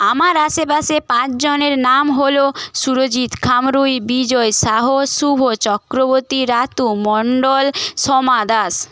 আমার আশেপাশে পাঁচজনের নাম হল সুরজিত খামরুই বিজয় সাহস শুভ চক্রবতী রাতু মন্ডল সোমা দাস